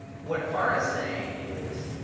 what fara is saying is